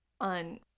on